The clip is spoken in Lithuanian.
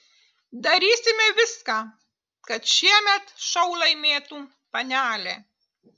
darysime viską kad šiemet šou laimėtų panelė